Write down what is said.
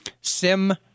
Sim